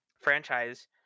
franchise